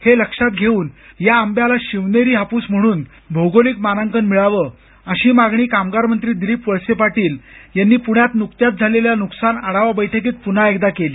हे लक्षात घेऊन या आंब्याला शिवनेरी हापूस म्हणून भौगोलिक मानांकन मिळावं अशी मागणी कामगारमंत्री दिलीप वळसे पाटील यांनी पुण्यात नुकत्याच झालेल्या नुकसान आढावा बैठकीत पुन्हा एकदा केली